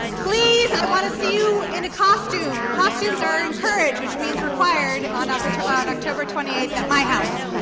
please i want to see you in a costume costumes are encouraged which means required on up to on october twenty eight at my house.